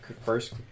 first